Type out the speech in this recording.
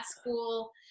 school